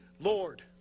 Lord